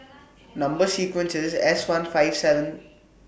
Number sequence IS S one five seven